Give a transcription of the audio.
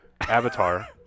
Avatar